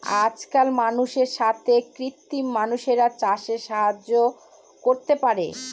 আজকাল মানুষের সাথে কৃত্রিম মানুষরাও চাষের কাজে সাহায্য করতে পারে